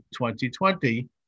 2020